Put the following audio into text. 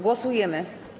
Głosujemy.